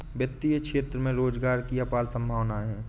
वित्तीय क्षेत्र में रोजगार की अपार संभावनाएं हैं